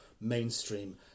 mainstream